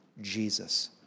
Jesus